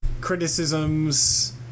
criticisms